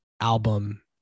album